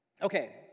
Okay